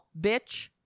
bitch